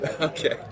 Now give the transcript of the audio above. Okay